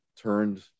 turned